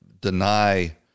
deny